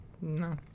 No